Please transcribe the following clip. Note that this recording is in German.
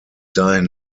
dahin